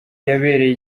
yabereye